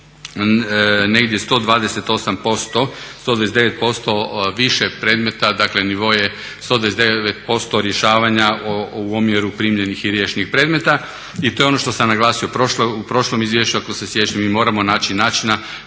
negdje 128%, 129% više predmeta, dakle nivo je 129% rješavanja u omjeru primljenih i riješenih predmeta. I to je ono što sam naglasio u prošlom izvješću ako se sjećate. Mi moramo naći načina